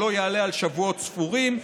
שלא יעלה על שבועות ספורים,